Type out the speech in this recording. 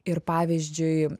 ir pavyzdžiui